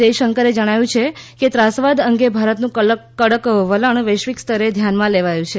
જયશંકરે જણાવ્યું છે કે ત્રાસવાદ અંગે ભારતનું કડક વલણ વૈશ્વિક સ્તરે ધ્યાનમાં લેવાયું છે